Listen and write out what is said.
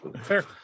Fair